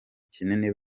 kinini